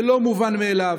זה לא מובן מאליו.